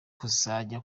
kuzajya